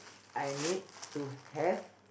I need to have